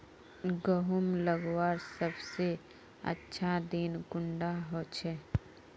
गहुम लगवार सबसे अच्छा दिन कुंडा होचे?